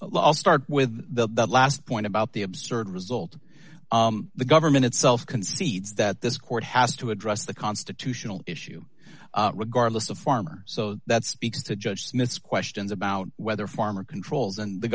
law start with the last point about the absurd result the government itself concedes that this court has to address the constitutional issue regardless of farmer so that speaks to judge smith's questions about whether farmer controls and the